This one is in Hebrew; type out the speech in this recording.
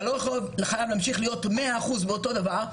אתה לא חייב להמשיך להיות 100% באותו הדבר.